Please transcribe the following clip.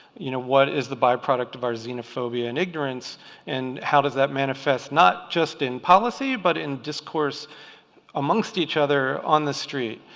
you know, what is the byproduct of our xenophobia and ignorance and how does that manifest not just in policy but in discourse amongst each other on the street.